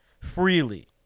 freely